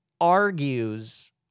argues